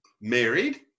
Married